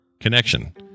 connection